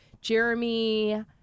Jeremy